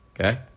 Okay